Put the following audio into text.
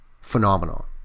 phenomenon